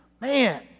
Man